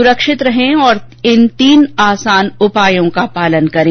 सुरक्षित रहें और इन तीन आसान उपायों का पालन करें